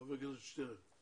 חבר הכנסת שטרן,